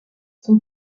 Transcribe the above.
son